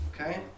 okay